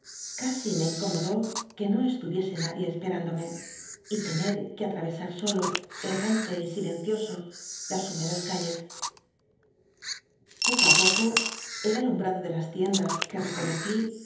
casi me incomodó juc no c lul'icsc nadie espcrandomc y tener que almi'csas solo cnante si le cioso las húmedas calles poco ti poco el alumbmdo de las ticnrlas qu e reconocí